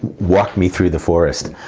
walk me through the forest.